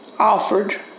offered